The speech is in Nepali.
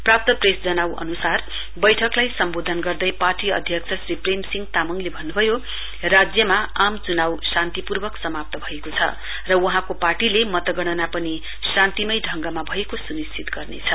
प्राप्त प्रेस जनाउ अवसरमा बैठकलाई सम्बोधन गर्दै पार्टी अध्यक्ष श्री प्रेमसिंह तामङले भन्न्भयो राज्यमा आम चुनाउ शान्तिपूर्वक समाप्त भएको छन् वहाँको पार्टीले मतगणना पनि शान्तिमय ढ़गमा भएको सुनिश्चित गर्नेछ